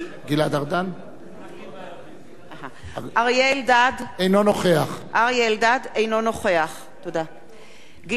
אלדד, אינו נוכח גלעד ארדן,